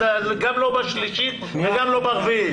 גם לא בשלישית וגם לא ברביעית.